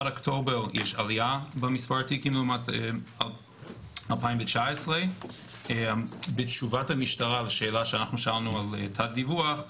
עד אוקטובר יש עלייה במספר התיקים לעומת 2019. בתשובת המשטרה לשאלה שאנחנו שאלנו על תת דיווח,